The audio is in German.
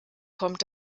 kommt